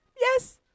Yes